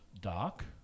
doc